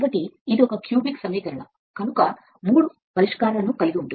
కాబట్టి ఇది ఒక క్యూబిక్ సమీకరణం 3 పరిష్కారాలను కలిగి ఉంటుంది